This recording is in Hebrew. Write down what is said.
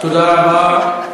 תודה רבה.